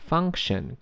Function